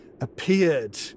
appeared